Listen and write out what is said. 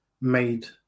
made